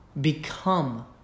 become